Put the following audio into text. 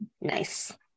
Nice